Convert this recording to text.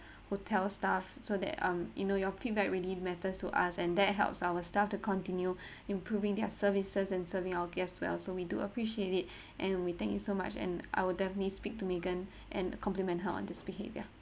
hotel staff so that um you know your feedback really matters to us and that helps our staff to continue improving their services and serving our guests well so we do appreciate it and we thank you so much and I will definitely speak to megan and compliment her on this behavior